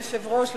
אדוני היושב-ראש,